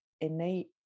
innate